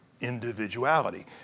individuality